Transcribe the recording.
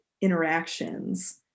interactions